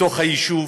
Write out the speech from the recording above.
בתוך היישוב